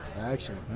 Action